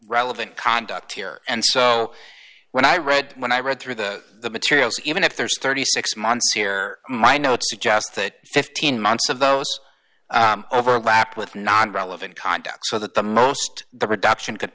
relevant conduct here and so when i read when i read through the materials even if there's thirty six months here my notes suggest that fifteen months of those overlap with non relevant contacts so that the most the reduction could